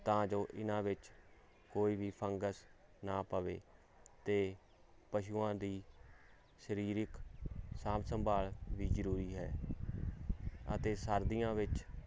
ਤਾਂ ਜੋ ਇਹਨਾਂ ਵਿੱਚ ਕੋਈ ਵੀ ਫੰਗਸ ਨਾ ਪਵੇ ਤੇ ਪਸ਼ੂਆਂ ਦੀ ਸਰੀਰਿਕ ਸਾਂਭ ਸੰਭਾਲ ਵੀ ਜਰੂਰੀ ਹੈ ਅਤੇ ਸਰਦੀਆਂ ਵਿੱਚ